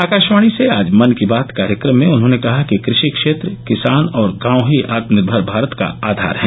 आकाशवाणी से आज मन की बात कार्यक्रम में उन्होंने कहा कि कृषि क्षेत्र किसान और गांव ही आत्मनिर्भर भारत का आधार हैं